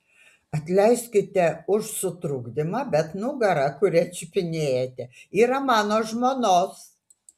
atleiskite už sutrukdymą bet nugara kurią čiupinėjate yra mano žmonos